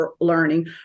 Learning